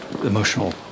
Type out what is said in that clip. emotional